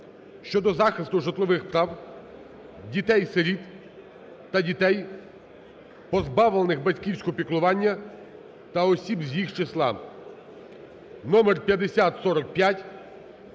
щодо захисту житлових прав дітей-сиріт та дітей, позбавлених батьківського піклування, та осіб з їх числа